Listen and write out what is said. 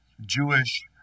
Jewish